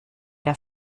der